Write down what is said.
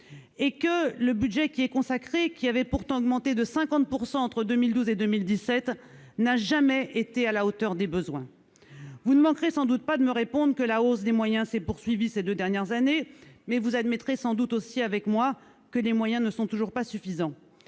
ans. Le budget qui y est consacré, lequel avait pourtant augmenté de 50 % entre 2012 et 2017, n'a jamais été à la hauteur des besoins. Vous ne manquerez sans doute pas de me répondre que la hausse des moyens s'est poursuivie ces deux dernières années. Mais vous admettrez sans doute avec moi que les moyens ne sont toujours pas suffisants.